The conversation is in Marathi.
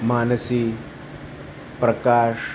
मानसी प्रकाश